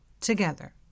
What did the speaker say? together